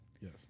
Yes